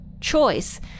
choice